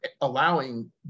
allowing